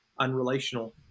unrelational